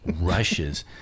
Rushes